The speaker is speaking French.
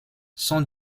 son